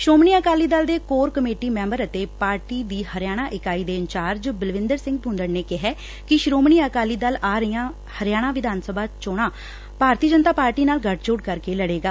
ਸ੍ਰੋਮਣੀ ਅਕਾਲੀ ਦਲ ਦੇ core committee member ਅਤੇ party ਦੀ ਹਰਿਆਣਾ ਇਕਾਈ ਦੇ ਇੰਚਾਰਜ ਬਲਵਿੰਦਰ ਸਿੰਘ ਭੂੰਦੜ ਨੇ ਕਿਹਾ ਕਿ ਸ਼ੋਮਣੀ ਅਕਾਲੀ ਦਲ ਆ ਰਹੀਆਂ ਹਰਿਆਣਾ ਵਿਧਾਨ ਸਭਾ ਚੋਣਾਂ ਭਾਰਤੀਆ ਜਨਤਾ ਪਾਰਟੀ ਨਾਲ ਗਠਜੋੜ ਕਰਕੇ ਲੜੇਗਾ